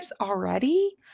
already